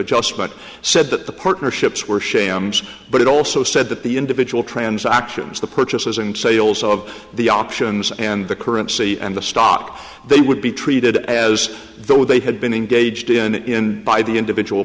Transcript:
adjustment said that the partnerships were shams but it also said that the individual transactions the purchases and sales of the auctions and the currency and the stock they would be treated as though they had been engaged in by the individual